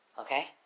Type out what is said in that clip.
Okay